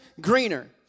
greener